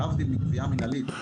להבדיל מגבייה מנהלית.